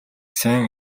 сайн